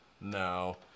No